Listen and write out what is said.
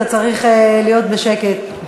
אתה צריך להיות בשקט.